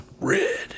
Red